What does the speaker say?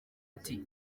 ati